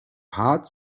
hart